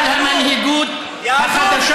על המנהיגות, רד,